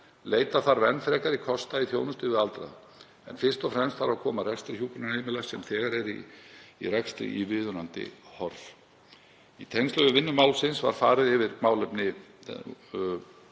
Leita þarf enn frekari kosta í þjónustu við aldraða en fyrst og fremst þarf að koma rekstri hjúkrunarheimila sem þegar eru í rekstri í viðunandi horf. Í tengslum við vinnu málsins var farið yfir málefni